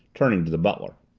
turning to the butler.